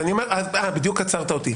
בדיוק עצרת אותי,